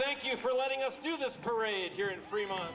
thank you for letting us do this parade here in fremont